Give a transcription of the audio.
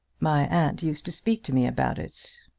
my aunt used to speak to me about it.